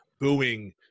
booing